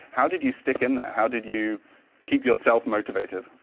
how did you stick in there? how did you keep yourself motivated?